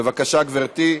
בבקשה, גברתי,